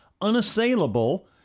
unassailable